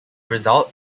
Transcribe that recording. result